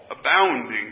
abounding